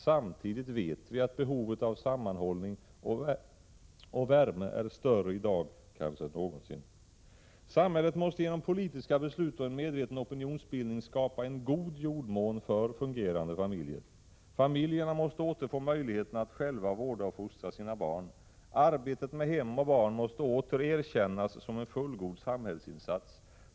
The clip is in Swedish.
Samtidigt vet vi att behovet av sammanhållning och värme är större i dag än kanske någonsin. Samhället måste genom politiska beslut och en medveten opinionsbildning skapa en god jordmån för fungerande familjer. Familjerna måste återfå möjligheten att själva vårda och fostra sina barn. Arbetet med hem och barn måste åter erkännas som en fullgod samhällsinsats.